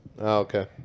okay